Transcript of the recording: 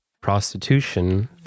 prostitution